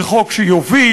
זה חוק שיוביל,